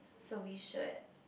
so we should